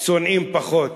שונאים פחות.